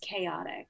chaotic